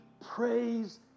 praise